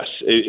yes